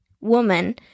woman